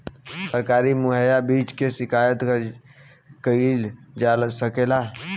सरकारी मुहैया बीज के शिकायत दूर कईल जाला कईसे?